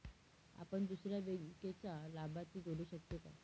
आपण दुसऱ्या बँकेचा लाभार्थी जोडू शकतो का?